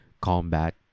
combat